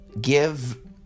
give